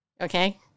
Okay